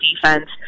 defense